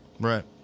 Right